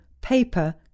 paper